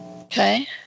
okay